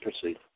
proceed